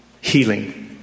healing